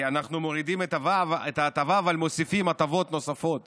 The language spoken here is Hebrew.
אנחנו מורידים את ההטבה, אבל מוסיפים הטבות נוספות